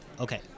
Okay